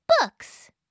Books